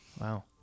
Wow